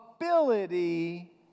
ability